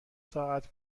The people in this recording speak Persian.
ساعت